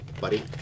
buddy